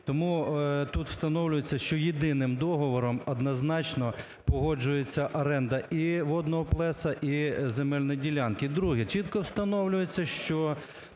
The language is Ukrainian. Тому тут встановлюється, що єдиним договором однозначно погоджується оренда і водного плеса, і земельної ділянки. Друге. Чітко встановлюється, в